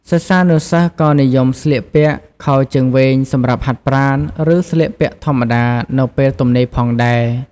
សិស្សានុសិស្សក៏និយមស្លៀកពាក់ខោជើងវែងសម្រាប់ហាត់ប្រាណ ឬស្លៀកពាក់ធម្មតានៅពេលទំនេរផងដែរ។